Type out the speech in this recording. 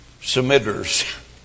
submitters